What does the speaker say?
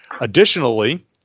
Additionally